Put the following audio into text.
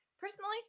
personally